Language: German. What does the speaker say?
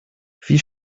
wie